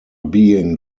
being